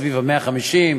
סביב ה-150,